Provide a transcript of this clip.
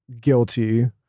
guilty